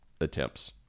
attempts